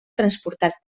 transportat